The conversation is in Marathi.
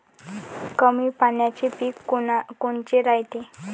कमी पाण्याचे पीक कोनचे रायते?